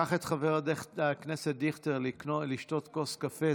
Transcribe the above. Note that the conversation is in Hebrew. קח את חבר הכנסת דיכטר לקנות כוס קפה,